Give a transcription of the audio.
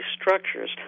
structures